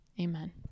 Amen